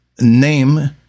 name